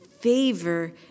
favor